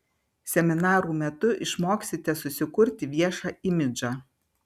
seminarų metu išmoksite susikurti viešą imidžą